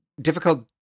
difficult